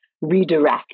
redirect